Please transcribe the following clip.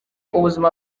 ubuzima